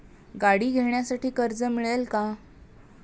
गाडी घेण्यासाठी कर्ज मिळेल का?